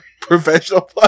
Professional